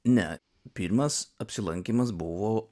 ne pirmas apsilankymas buvo